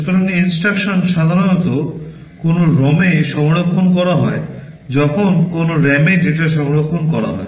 সুতরাং instruction সাধারণত কোনও ROM এ সংরক্ষণ করা হয় যখন কোনও RAM এ ডেটা সংরক্ষণ করা হয়